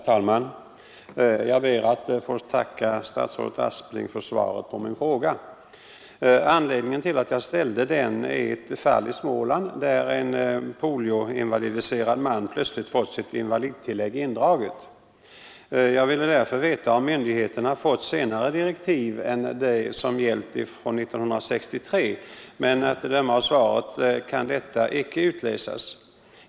Herr talman! Jag ber att få tacka statsrådet Aspling för svaret på min fråga. Anledningen till att jag ställde den är ett fall i Småland där en polioinvalidiserad man plötsligt fått sitt invalidtillägg indraget. Jag ville därför veta om myndigheterna fått senare direktiv än de som gällt från 1963, men detta kan icke utläsas av svaret.